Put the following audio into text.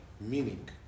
meaning